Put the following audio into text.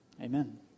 Amen